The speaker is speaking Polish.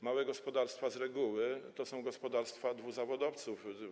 Małe gospodarstwa z reguły to są gospodarstwa dwuzawodowców.